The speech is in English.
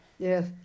Yes